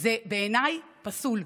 זה בעיניי פסול.